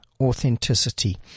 authenticity